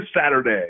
Saturday